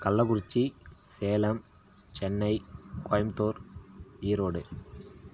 Kallakurichi Salem Chennai Coimbatore Erode